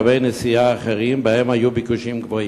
קווי נסיעה אחרים שבהם היו ביקושים גבוהים,